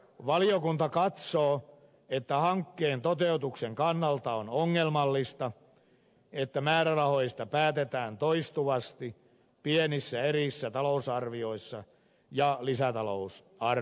valiokunta katsoo että hankkeen toteutuksen kannalta on ongelmallista että määrärahoista päätetään toistuvasti pienissä erissä talousarvioissa ja lisätalousarvioissa